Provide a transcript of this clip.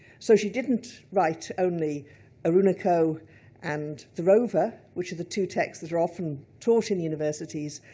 so she didn't write only oroonoko and the rover, which are the two texts that are often taught in universities.